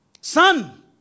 Son